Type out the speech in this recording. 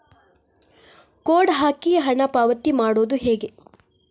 Code ಹಾಕಿ ಹಣ ಪಾವತಿ ಮಾಡೋದು ಹೇಗೆ?